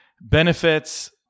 benefits